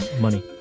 money